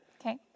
Okay